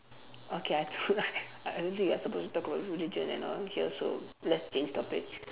okay I I don't think we are supposed to talk about religion and all here so let's change topic